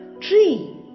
tree